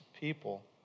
people